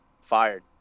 fired